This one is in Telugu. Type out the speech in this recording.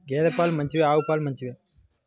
గేద పాలు మంచివా ఆవు పాలు మంచివా?